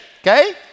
okay